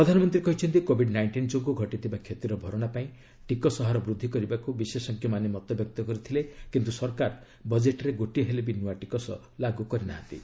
ପ୍ରଧାନମନ୍ତ୍ରୀ କହିଛନ୍ତି covid nineteen ଯୋଗୁଁ ଘଟିଥିବା କ୍ଷତିର ଭରଣା ପାଇଁ ଟିକସ ହାର ବୃଦ୍ଧି କରିବାକୁ ବିଶେଷଜ୍ଞମାନେ ମତବ୍ୟକ୍ତ କରିଥିଲେ କିନ୍ତୁ ସରକାର ବଜେଟ୍ରେ ଗୋଟିଏ ହେଲେ ବି ନୂଆ ଟିକସ ଲାଗୁ କରିନାହାନ୍ତି